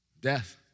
Death